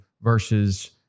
versus